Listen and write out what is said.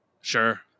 Sure